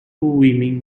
women